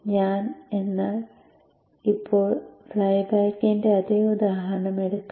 ഞാൻ എന്നാൽ ഇപ്പോൾ ഫ്ളൈബാക്കിന്റെ അതെ ഉദാഹരണം എടുക്കാം